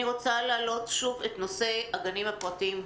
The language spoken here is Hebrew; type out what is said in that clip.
אני רוצה להעלות שוב את נושא הגנים הפרטיים.